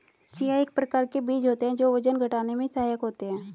chia एक प्रकार के बीज होते हैं जो वजन घटाने में सहायक होते हैं